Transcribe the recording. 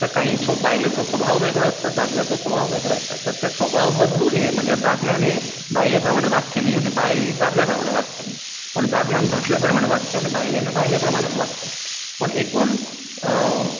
आतां काई स्व बायलेचो स्वभाव वेगळो आसता दादल्याचो स्वभाव वेगळो आसता तर त्या स्वभाव बदलू न्हे म्हणजे दादल्यान हें बायले प्रमाणें वागचें न्ही आनी बायल ही दादल्या प्रमाणें वागचें न्ही पूण दादल्यान दादल्या प्रमाणें वागचें आनी बायलेनी बायले प्रमाणेंच वागचें पूण एकूण